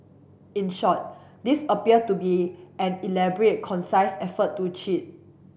in short this appeared to be an elaborate effort to cheat